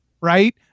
right